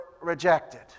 rejected